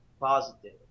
positive